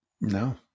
No